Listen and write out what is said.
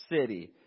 city